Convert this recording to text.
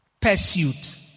pursuit